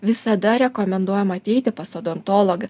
visada rekomenduojama ateiti pas odontologą